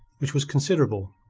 which was considerable,